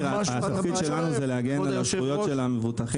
התפקיד שלנו הוא להגן על הזכויות של המבוטחים.